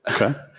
okay